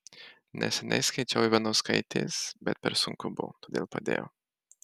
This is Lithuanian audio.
neseniai skaičiau ivanauskaitės bet per sunku buvo todėl padėjau